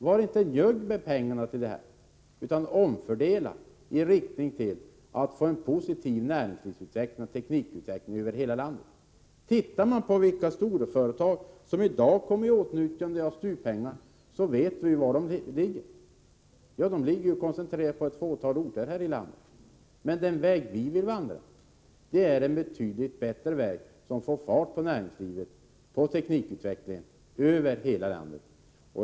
Varinte njugg med pengarna, utan omfördela dem riktning mot en positiv näringslivsutveckling och teknikutveckling över hela landet! Tittar man på vilka storföretag som i dag kommer i åtnjutande av STU-pengar ser man var de ligger. De är koncentrerade till ett fåtal orter i landet. Men den väg som vi vill vandra är en betydligt bättre väg, som sätter fart på näringslivet och teknikutvecklingen över hela landet.